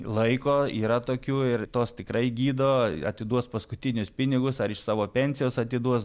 laiko yra tokių ir tos tikrai gydo atiduos paskutinius pinigus ar iš savo pensijos atiduos